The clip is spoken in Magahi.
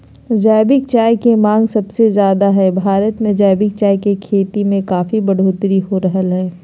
जैविक चाय के मांग सबसे ज्यादे हई, भारत मे जैविक चाय के खेती में काफी बढ़ोतरी हो रहल हई